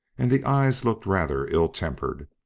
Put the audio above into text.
and the eye looked rather ill-tempered.